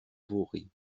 vaury